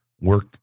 work